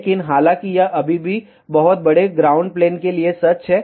लेकिन हालांकि यह अभी भी बहुत बड़े ग्राउंड प्लेन के लिए सच है